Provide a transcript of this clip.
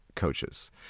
coaches